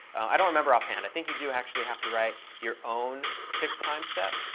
i don't remember offhand. i think you do actually have to write your own fixed timestep.